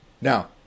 Now